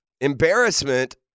embarrassment